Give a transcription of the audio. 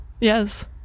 yes